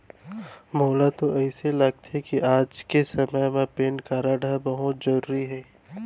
मोला तो अइसे लागथे कि आज के समे म पेन कारड ह बनेच जरूरी हे